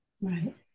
Right